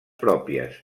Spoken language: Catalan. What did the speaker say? pròpies